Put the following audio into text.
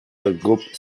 regroupe